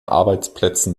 arbeitsplätzen